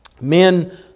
Men